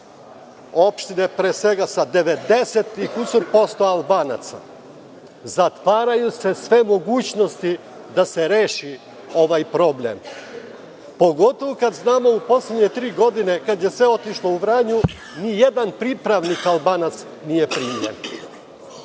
opštine, sa 90 i kusur posto Albanaca, zatvaraju se sve mogućnosti da se reši ovaj problem, pogotovo što znamo da u poslednje tri godine, kada je sve otišlo u Vranje, nijedan pripravnik Albanac nije primljen,